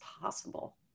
possible